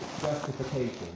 justification